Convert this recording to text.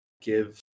give